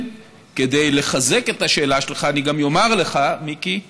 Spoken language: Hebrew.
כדי לחזק את השאלה שלך, אני גם אומר לך, מיקי,